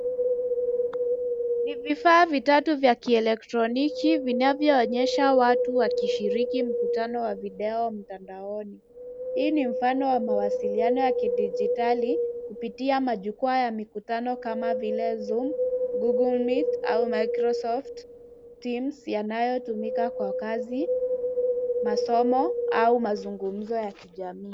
Ni vifaa vitatu vya kieletroniki vinavyoonyesha watu wakishiriki mkutano wa video mtandaoni. Hii ni mfano wa mawasiliano wa kidijitali kupitia majukwaa ya mikutano kama vile Zoom, Googlemeet au Microsoft Teams, yanayotumika kwa kazi, masomo au mazungumzo ya kijamii.